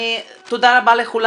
תודה רבה לכולם,